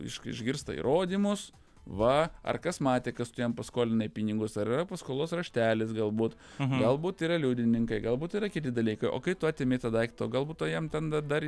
iš išgirsta įrodymus va ar kas matė kas tu jam paskolinai pinigus ar yra paskolos raštelis galbūt galbūt yra liudininkai galbūt yra kiti dalykai o kai tu atėmei tą daiktą o galbūt o jam ten da dar